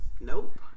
Nope